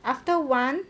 after one